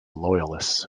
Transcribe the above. loyalists